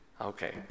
Okay